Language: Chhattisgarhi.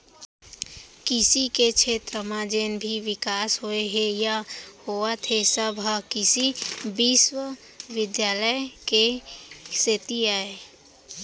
कृसि के छेत्र म जेन भी बिकास होए हे या होवत हे सब ह कृसि बिस्वबिद्यालय के सेती अय